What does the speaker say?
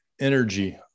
energy